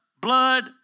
blood